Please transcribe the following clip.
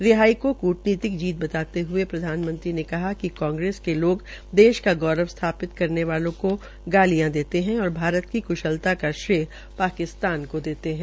रिहाई की कूटनीतिक जीत बताते हये प्रधानमंत्री ने कहा कि कांग्रेस के लोग देश का गौरव स्थापित करने वालों को गालियां देते है और भारत की कृशलता का श्रेय पाकिस्तान को देते है